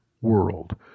world